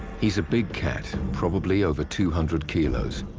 he's a big cat, probably over two hundred kilos.